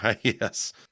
Yes